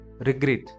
Regret